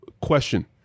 question